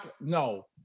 No